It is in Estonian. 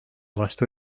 vastu